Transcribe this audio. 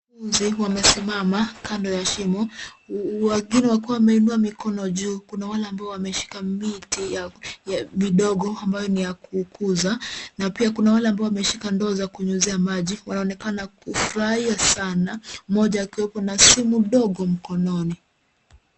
Wanafunzi wamesimama kando ya shimo wengine wakiwa wameinua mikono juu. Kuna wale ambao wameshika miti midogo ambayo ni ya kukuza na pia kuna wale ambao wameshika ndoo za kunyunyizia maji. Wanaonekana kufurahia sana, mmoja akiwepo na simu ndogo mkononi.